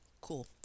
cool